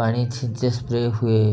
ପାଣି ଛିଞ୍ଚା ସ୍ପ୍ରେ ହୁଏ